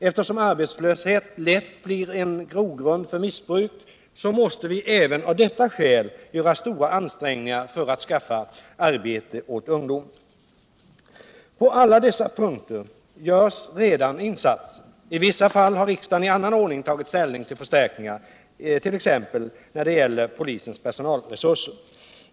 Eftersom arbetslöshet lätt blir en grogrund för missbruk, måste vi även av detta skäl göra stora ansträngningar för att skaffa arbete åt ungdomen. På alla dessa punkter görs redan insatser. I vissa fall har riksdagen i annan ordning tagit ställning till förstärkningar, t.ex. när det gäller polisens personalresurser.